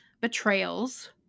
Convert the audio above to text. betrayals